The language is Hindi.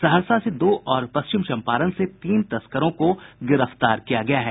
सहरसा से दो और पश्चिम चम्पारण से तीन तस्कारों को गिरफ्तार किया गया है